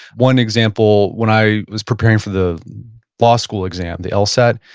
one example, when i was preparing for the law school exam, the lsat,